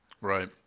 right